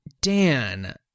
Dan